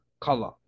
color